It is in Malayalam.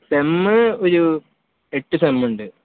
സെമ്മ് ഒരു എട്ട് സെമ്മ്ണ്ട്